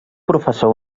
professor